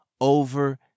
over